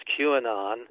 QAnon